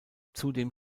zudem